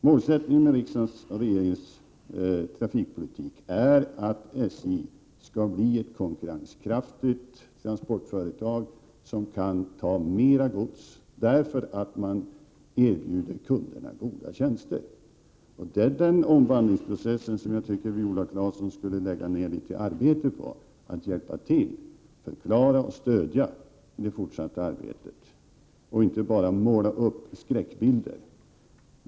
Målsättningen med riksdagens och regeringens trafikpolitik är att SJ skall bli ett konkurrenskraftigt transportföretag som kan ta mer gods på grund av att SJ erbjuder kunderna goda tjänster. Och jag tycker att Viola Claesson skulle lägga ned litet arbete på att hjälpa till med den omvandlingsprocessen och förklara och stödja det fortsatta arbetet och inte bara måla upp skräckbilder.